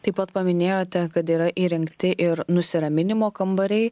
taip pat paminėjote kad yra įrengti ir nusiraminimo kambariai